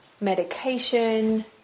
medication